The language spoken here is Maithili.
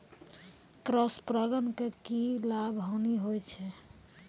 क्रॉस परागण के की लाभ, हानि होय छै?